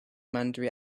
mandatory